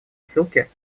ссылки